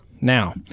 Now